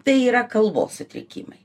tai yra kalbos sutrikimai